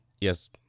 Yes